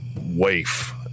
waif